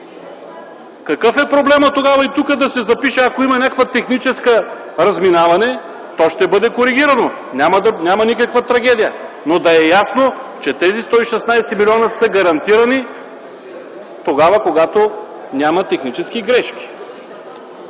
Какъв е проблемът и тук да се разпише? Ако има техническо разминаване, то ще бъде коригирано, няма никаква трагедия. Нека да е ясно, че тези 116 млн. лв. са гарантирани, когато няма технически грешки.